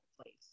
place